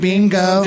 Bingo